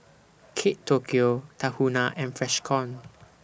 Kate Tokyo Tahuna and Freshkon